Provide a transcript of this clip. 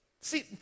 See